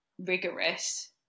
rigorous